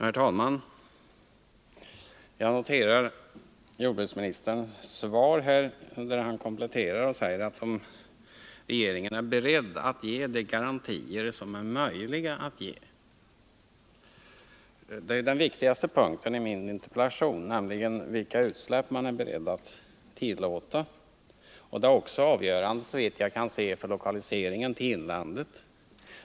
Herr talman! Jag noterar vad jordbruksministern säger i det kompletterande svaret, nämligen att regeringen är beredd att ge de garantier som är möjliga att ge. Den viktigaste punkten i min interpellation gäller ju vilka utsläpp man är beredd att tillåta, och detta är såvitt jag kan se avgörande för lokaliseringen till inlandet.